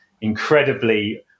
incredibly